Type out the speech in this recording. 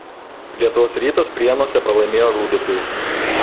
lietuvos rytas prienuose pralaimėjo rūdupiui